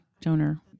donor